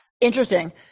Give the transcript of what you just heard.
Interesting